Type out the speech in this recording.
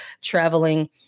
traveling